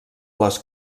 les